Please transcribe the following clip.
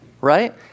right